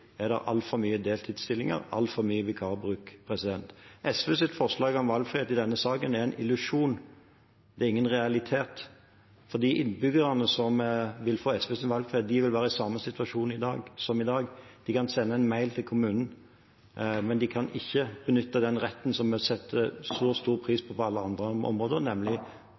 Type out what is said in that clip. er det altfor mange deltidsstillinger og altfor mye vikarbruk. SVs forslag om valgfrihet i denne saken er en illusjon, det er ingen realitet, for de innbyggerne som vil få SVs valgfrihet, vil være i samme situasjon som i dag. De kan sende en mail til kommunen, men de kan ikke benytte den retten som vi på alle andre områder setter stor, stor pris på,